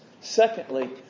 Secondly